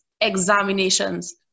examinations